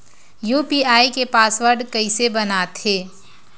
UPI के password कइसे बनाथे?